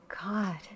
God